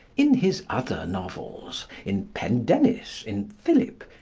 in his other novels, in pendennis, in philip,